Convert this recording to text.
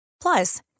Plus